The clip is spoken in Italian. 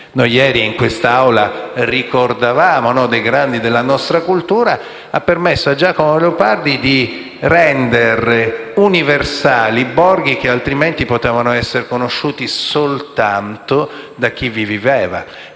(ieri in quest'Aula ricordavamo dei grandi della nostra cultura) di rendere universali borghi che altrimenti potevano essere conosciuti soltanto da chi vi viveva.